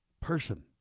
person